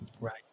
Right